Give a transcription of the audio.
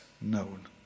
known